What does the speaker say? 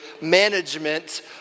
management